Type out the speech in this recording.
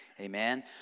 amen